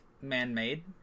man-made